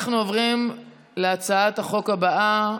אנחנו עוברים להצעת החוק הבאה,